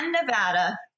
Nevada